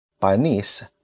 Panis